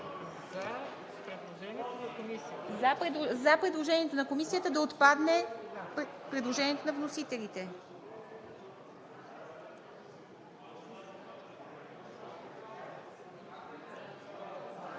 за предложението на Комисията да отпадне предложението на вносителите.